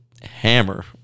hammer –